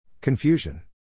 Confusion